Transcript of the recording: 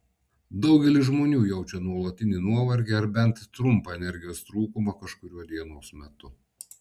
daugelis žmonių jaučia nuolatinį nuovargį arba bent trumpą energijos trūkumą kažkuriuo dienos metu